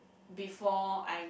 before I